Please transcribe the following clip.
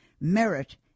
Merit